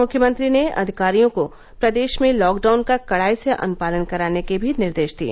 मुख्यमंत्री ने अधिकारियों को प्रदेश में लॉकडाउन का कड़ाई से अनुपालन कराने के भी निर्देश दिए